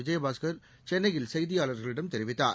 விஜயபாஸ்கர் சென்னையில் செய்தியாளர்களிடம் தெரிவித்துள்ளார்